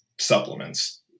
supplements